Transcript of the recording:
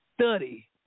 study